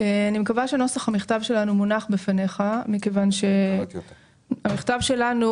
אני מקווה שנוסח המכתב שלנו מונח בפניך מכיוון שהמכתב שלנו